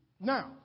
Now